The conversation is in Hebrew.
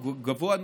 או מתח גבוה,